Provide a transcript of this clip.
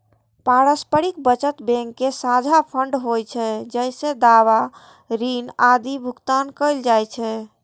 पारस्परिक बचत बैंक के साझा फंड होइ छै, जइसे दावा, ऋण आदिक भुगतान कैल जाइ छै